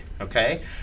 okay